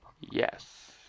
Yes